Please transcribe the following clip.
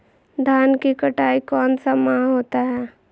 धान की कटाई कौन सा माह होता है?